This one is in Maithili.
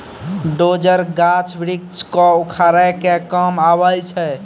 डोजर, गाछ वृक्ष क उखाड़े के काम आवै छै